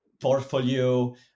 portfolio